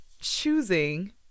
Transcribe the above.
choosing